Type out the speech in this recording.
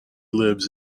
lives